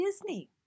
Disney